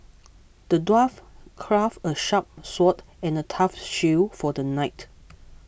the dwarf crafted a sharp sword and a tough shield for the knight